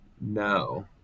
No